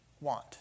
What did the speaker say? want